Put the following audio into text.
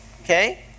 Okay